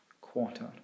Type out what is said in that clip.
quarter